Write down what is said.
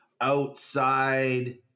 outside